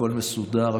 הכול מסודר,